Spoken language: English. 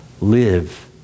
live